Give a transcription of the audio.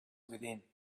within